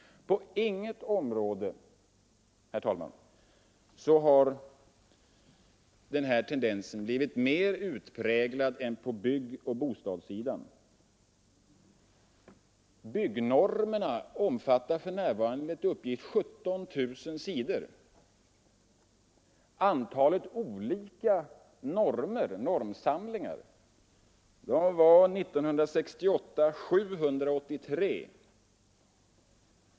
På inget område, herr talman, har den här tendensen blivit mer utpräglad än på byggoch bostadssidan. Byggnormerna omfattar för närvarande enligt uppgift 17 000 sidor. Antalet olika normsamlingar var 783 år 1968.